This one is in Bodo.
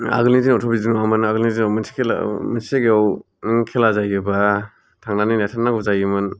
आगोलनि दिनावथ' बिदि नङामोन आगोलनि दिनाव मोनसे खेला मोनसे जायगायाव खेला जायोबा थांनानै नायथारनांगौ जायोमोन